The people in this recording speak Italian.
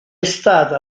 stata